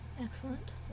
excellent